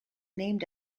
named